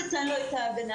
אתן לו את ההגנה,